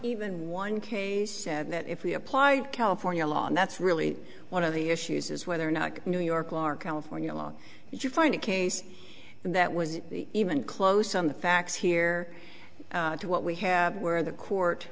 even one case that if we apply california law and that's really one of the issues is whether or not new york law or california law did you find a case that was even close on the facts here to what we have where the court